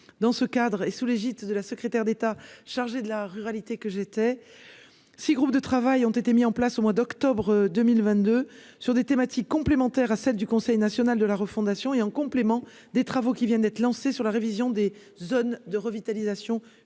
dans ce cadre et sous l'égide de la secrétaire d'État chargée de la ruralité, que j'étais 6 groupes de travail ont été mis en place au mois d'octobre 2022 sur des thématiques complémentaires à celles du Conseil national de la refondation et en complément des travaux qui vient d'être lancés sur la révision des zones de revitalisation rurale